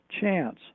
chance